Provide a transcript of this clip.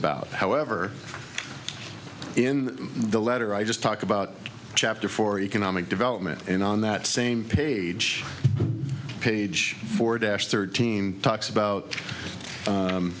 about however in the letter i just talked about a chapter for economic development and on that same page page four dash thirteen talks about